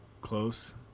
close